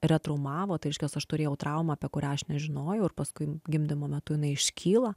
retraumavo tai reiškias aš turėjau traumą apie kurią aš nežinojau ir paskui gimdymo metu jinai iškyla